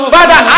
Father